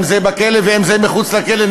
אם בכלא ואם מחוץ לכלא,